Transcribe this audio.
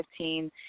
2015